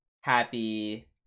happy